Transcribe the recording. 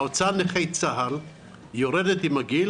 ההוצאה על נכי צה"ל יורדת עם הגיל.